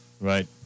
right